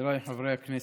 חבריי חברי הכנסת,